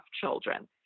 children